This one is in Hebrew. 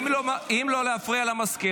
אם לא להפריע למזכיר,